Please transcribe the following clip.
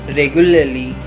regularly